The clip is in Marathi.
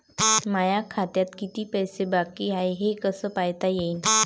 माया खात्यात कितीक पैसे बाकी हाय हे कस पायता येईन?